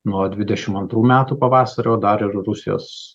nuo dvidešim antrų metų pavasario dar ir rusijos